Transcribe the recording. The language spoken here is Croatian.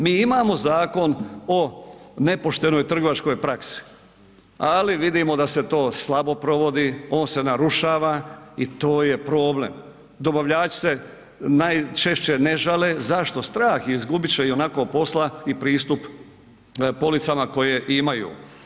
Mi imamo Zakon o nepoštenoj trgovačko praksi, ali vidimo da se to slabo provodi, on se narušava i to je problem, dobavljači se najčešće ne žale, zašto, strah ih je, izgubit će ionako posla i pristup policama koje imaju.